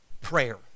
prayer